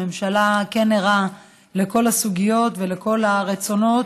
הממשלה ערה לכל הסוגיות ולכל הרצונות